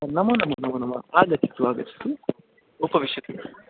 नमो नमो नमो नमो आगच्छतु आगच्छतु उपविशतु